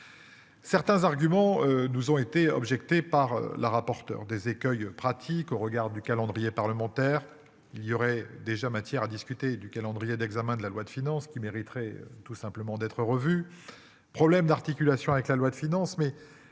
Certains arguments nous ont été objecté par la rapporteure des écueils pratique au regard du calendrier parlementaire. Il y aurait déjà matière à discuter du calendrier d'examen de la loi de finances qui mériterait tout simplement d'être revu. Problèmes d'articulation avec la loi de finances mais.